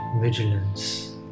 vigilance